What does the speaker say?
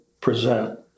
present